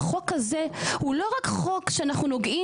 החוק הזה הוא לא רק חוק שאנחנו נוגעים